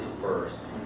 first